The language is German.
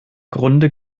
grunde